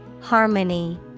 Harmony